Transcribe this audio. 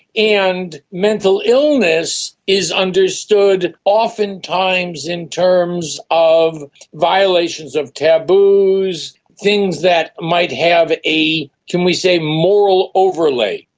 and mental illness is understood oftentimes in terms of violations of taboos, things that might have a, can we say, moral overlay.